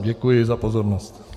Děkuji za pozornost.